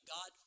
God